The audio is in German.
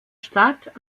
stadt